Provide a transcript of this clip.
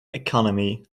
economy